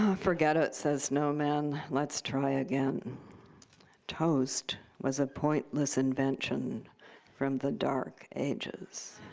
um forget it says snowman. let's try again toast was a pointless invention from the dark ages.